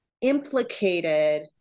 implicated